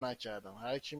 نکردم، هرکی